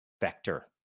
vector